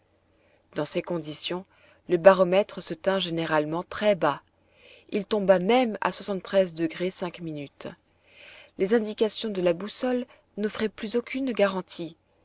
dans ces conditions le baromètre se tint généralement très bas il tomba même à les indications de la boussole n'offraient plus aucune garantie